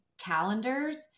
calendars